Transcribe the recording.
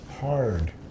hard